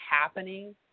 happening